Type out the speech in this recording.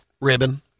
ribbon